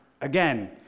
Again